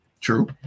True